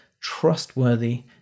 trustworthy